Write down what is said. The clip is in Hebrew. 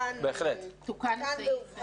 אז תוקן והובהר.